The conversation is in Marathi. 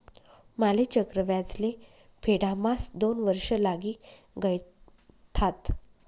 माले चक्रव्याज ले फेडाम्हास दोन वर्ष लागी गयथात